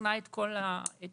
ובחנה את כל מה שצריך,